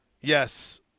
Yes